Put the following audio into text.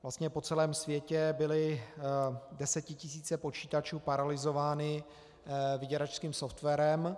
Vlastně po celém světě byly desetitisíce počítačů paralyzovány vyděračským softwarem.